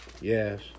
Yes